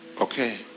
Okay